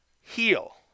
heal